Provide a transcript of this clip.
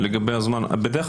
איפה אנחנו